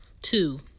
Two